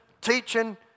teaching